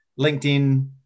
LinkedIn